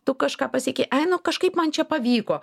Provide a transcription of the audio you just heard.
tu kažką pasiekei ai nu kažkaip man čia pavyko